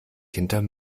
hinterm